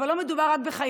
אבל לא מדובר רק בלוחמים,